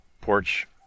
porch